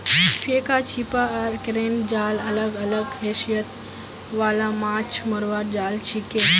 फेका छीपा आर क्रेन जाल अलग अलग खासियत वाला माछ मरवार जाल छिके